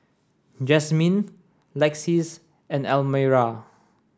Jazmyne Lexis and Almyra